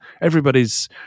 everybody's